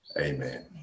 Amen